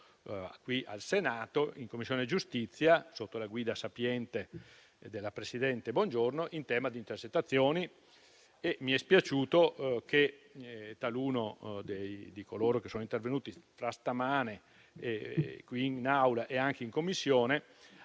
qui al Senato in Commissione giustizia, sotto la guida sapiente della presidente Bongiorno, in tema di intercettazioni. E mi è dispiaciuto che taluno dei colleghi intervenuto stamane qui in Aula e anche in Commissione